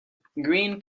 green